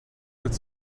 could